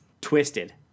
twisted